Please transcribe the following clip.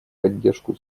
поддержку